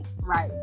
right